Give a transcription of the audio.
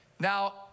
Now